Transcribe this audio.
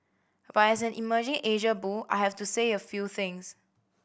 but as an emerging Asia bull I have to say a few things